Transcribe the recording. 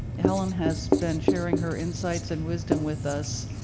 helen has been sharing her insights and wisdom with us,